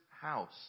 house